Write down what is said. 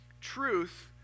truth